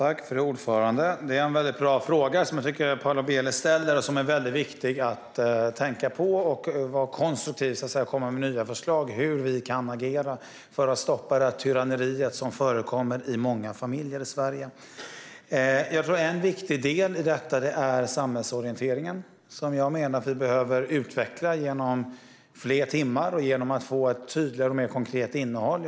Fru talman! Jag tycker att det är en väldigt bra fråga som Paula Bieler ställer. Den är viktig att tänka på, och det är viktigt att vara konstruktiv och komma med nya förslag på hur vi kan agera för att stoppa det tyranni som förekommer i många familjer i Sverige. Jag tror att en viktig del i detta är samhällsorienteringen, som jag menar att vi behöver utveckla genom fler timmar och genom att få ett tydligare och mer konkret innehåll.